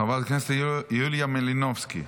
חברת הכנסת יוליה מלינובסקי,